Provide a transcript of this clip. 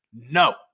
No